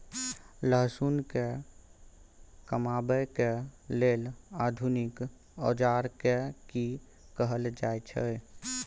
लहसुन के कमाबै के लेल आधुनिक औजार के कि कहल जाय छै?